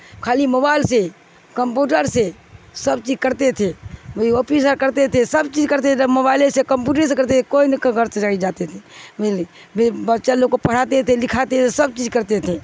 خالی موبائل سے کمپیوٹر سے سب چیز کرتے تھے وہی آفس کا کرتے تھے سب چیز کرتے تھے موبائل ہی سے کمپیوٹر سے کرتے تھے کوئی نہیں گھر سے کہیں جاتے تھے بچہ لوگ کو پڑھاتے تھے لکھاتے سب چیز کرتے تھے